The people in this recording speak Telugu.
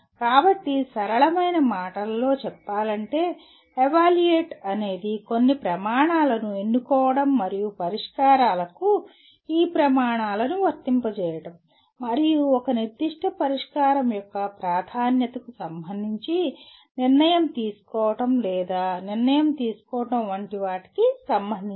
కాబట్టి సరళమైన మాటలలో చెప్పాలంటే ఎవాల్యుయేట్ అనేది కొన్ని ప్రమాణాలను ఎన్నుకోవడం మరియు పరిష్కారాలకు ఈ ప్రమాణాలను వర్తింపజేయడం మరియు ఒక నిర్దిష్ట పరిష్కారం యొక్క ప్రాధాన్యతకు సంబంధించి నిర్ణయం తీసుకోవడం లేదా నిర్ణయం తీసుకోవడం వంటి వాటికి సంబంధించినది